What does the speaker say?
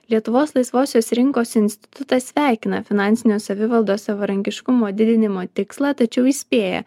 lietuvos laisvosios rinkos institutas sveikina finansinio savivaldos savarankiškumo didinimo tikslą tačiau įspėja